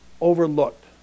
overlooked